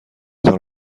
تان